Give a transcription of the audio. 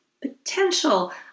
potential